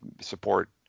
support